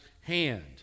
hand